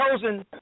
chosen